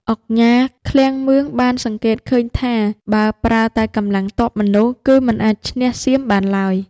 ឧកញ៉ា ឃ្លាំងមឿង បានសង្កេតឃើញថា បើប្រើតែកម្លាំងទ័ពមនុស្ស គឺមិនអាចឈ្នះសៀមបានឡើយ។